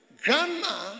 Grandma